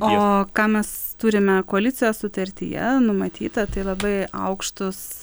o ką mes turime koalicijos sutartyje numatyta tai labai aukštus